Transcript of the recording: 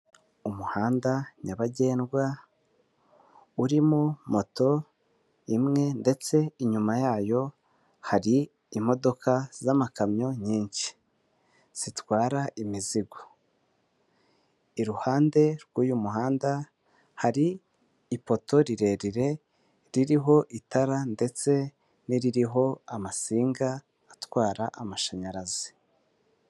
Umuhanda nyabagendwa urimo moto imwe ndetse inyuma yayo hari imodoka z'amakamyo nyinshi zitwara imizigo, iruhande rw'uyu muhanda hari ipoto rirerire, ririho itara ndetse n'iririho amasinga atwara amashanyarazi.